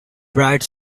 bright